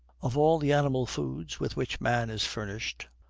of all the animal foods with which man is furnished,